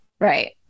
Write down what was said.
Right